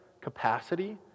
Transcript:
capacity